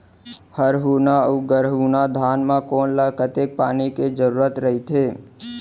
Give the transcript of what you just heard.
हरहुना अऊ गरहुना धान म कोन ला कतेक पानी के जरूरत रहिथे?